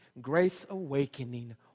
grace-awakening